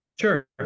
Sure